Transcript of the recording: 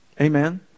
Amen